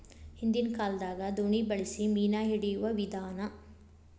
ಹಿಂದಿನ ಕಾಲದಾಗ ದೋಣಿ ಬಳಸಿ ಮೇನಾ ಹಿಡಿಯುವ ವಿಧಾನಾ